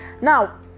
now